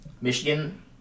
Michigan